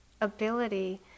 ability